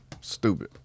stupid